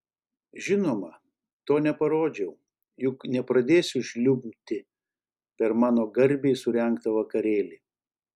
žinoma to neparodžiau juk nepradėsiu žliumbti per mano garbei surengtą vakarėlį